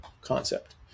concept